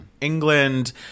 England